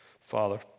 Father